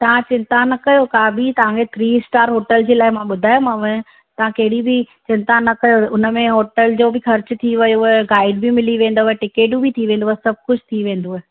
तव्हां चिंता न कयो का बि तव्हां खे थ्री स्टार होटल जे लाइ मां ॿुधायोमांव तव्हां कहिड़ी बि चिंता न कयो हुन में होटल जो बि ख़र्चु थी वयुव गाइड बि मिली वेंदव टिकेटूं बि थी वेंदव सभु कुझु थी वेंदव